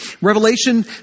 Revelation